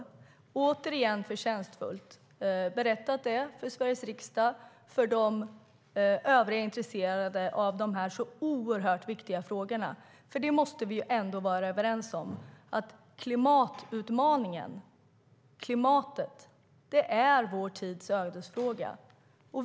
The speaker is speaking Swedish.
Hon har återigen förtjänstfullt berättat detta för Sveriges riksdag och för de övriga intresserade av dessa så oerhört viktiga frågor. För det måste vi ändå vara överens om; klimatutmaningen och klimatet är vår tids ödesfråga.